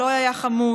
שלא היה חמוש,